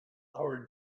our